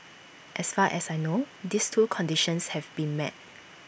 as far as I know these two conditions have been met